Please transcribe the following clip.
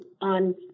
on